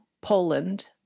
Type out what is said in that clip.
Poland